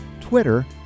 Twitter